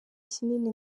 kinini